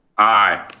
aye.